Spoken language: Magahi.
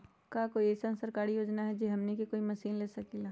का कोई अइसन सरकारी योजना है जै से हमनी कोई मशीन ले सकीं ला?